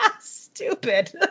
Stupid